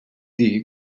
dir